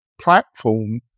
platform